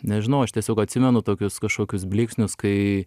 nežinau aš tiesiog atsimenu tokius kažkokius blyksnius kai